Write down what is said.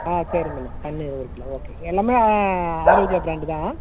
ஆ சரி மேடம் பன்னீர் ஒரு kilo okay எல்லாமே ஆரோக்யா ப்ராண்டு தான்